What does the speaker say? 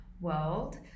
world